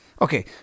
Okay